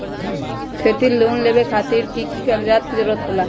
खेती लोन लेबे खातिर की की कागजात के जरूरत होला?